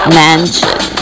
mansion